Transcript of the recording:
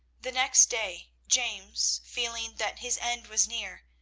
the next day james, feeling that his end was near,